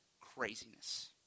craziness